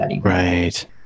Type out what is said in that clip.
Right